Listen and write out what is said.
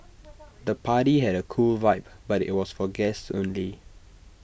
the party had A cool vibe but IT was for guests only